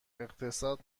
اقتصاد